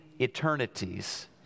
eternities